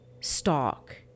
stock